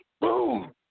boom